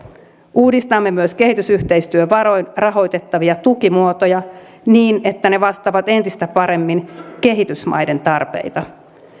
uudistamme myös kehitysyhteistyövaroin rahoitettavia tukimuotoja niin että ne vastaavat entistä paremmin kehitysmaiden tarpeita